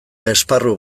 esparru